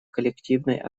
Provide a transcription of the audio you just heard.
коллективной